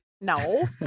No